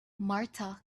marta